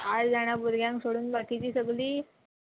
आठ जाणां भुरग्यांक सोडून बाकीची सगली